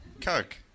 Coke